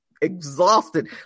exhausted